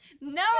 No